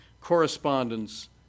correspondence